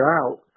out